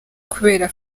kubera